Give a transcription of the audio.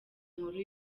nkuru